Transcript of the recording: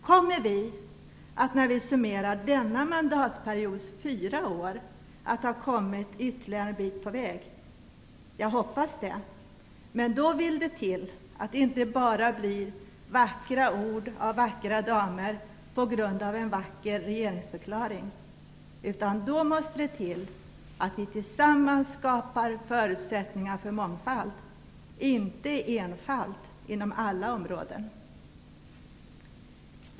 Kommer vi när vi summerar denna mandatperiod på fyra år att se att vi kommit ytterligare en bit på väg? Jag hoppas det. Men då vill det till att det inte bara blir vackra ord av vackra damer på grund av en vacker regeringsförklaring. Då måste det till att vi tillsammans skapar förutsättningar för mångfald, inte enfald, inom alla områden.